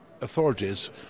authorities